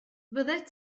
fyddet